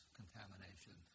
contamination